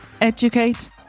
educate